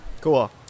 Cool